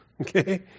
okay